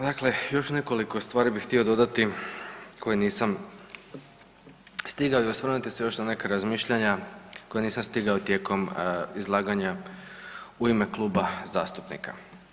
Dakle, još nekoliko stvari bi htio dodati koje nisam stigao i osvrnuti se još na neka razmišljanja koja nisam stigao tijekom izlaganja u ime kluba zastupnika.